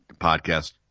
podcast